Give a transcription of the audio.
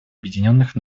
объединенных